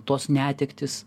tos netektys